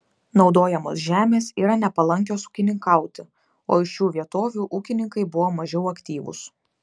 naudojamos žemės yra nepalankios ūkininkauti o iš šių vietovių ūkininkai buvo mažiau aktyvūs